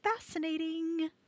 fascinating